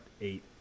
eight